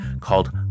called